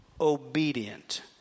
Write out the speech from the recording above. obedient